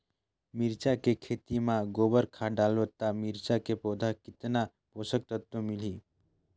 मिरचा के खेती मां गोबर खाद डालबो ता मिरचा के पौधा कितन पोषक तत्व मिलही?